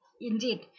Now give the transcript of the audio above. Indeed